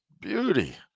beauty